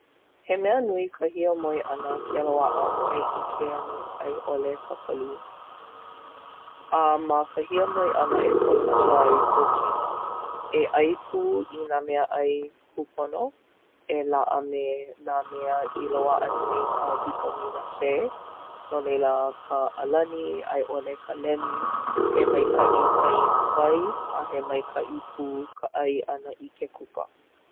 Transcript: He mea nui ka hiamoe ʻana ke loaʻa ʻoe i ke anu a i ʻole ka palū. A ma ka hiamoe ʻana e polapola ai kou kino. E ʻai pū i nā meaʻai kūpono, e laʻa me nā mea i loaʻa nui ka wikamina sē, no leila, ka ʻalani a i ʻole ka lemi. He maikaʻi ka inuwai. A he maikaʻi pū ka ʻai ʻana i ke kupa.